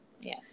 Yes